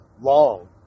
long